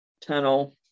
tunnel